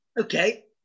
okay